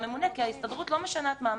כי ההסתדרות לא משנה את מעמד הקרקע.